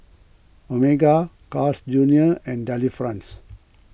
Omega Carl's Junior and Delifrance